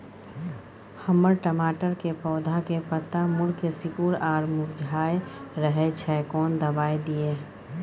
हमर टमाटर के पौधा के पत्ता मुड़के सिकुर आर मुरझाय रहै छै, कोन दबाय दिये?